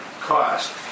cost